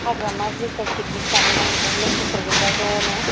हाग्रामा ब्रिजआव पिकनिक जानो नागिरदों लोगोफोर गोजा ज'नो